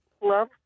love